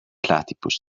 platypus